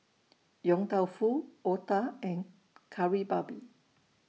Yong Tau Foo Otah and Kari Babi